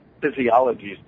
physiologies